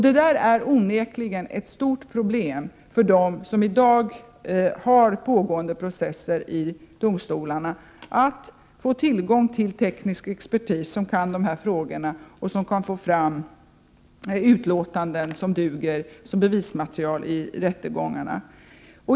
Det är onekligen ett stort problem för dem som i dag har pågående processer i domstolarna att få tillgång till teknisk expertis som kan dessa frågor och kan få fram utlåtanden som duger som bevismaterial i rättegångarna.